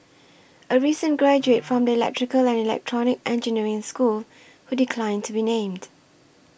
a recent graduate from the electrical and electronic engineering school who declined to be named